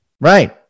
right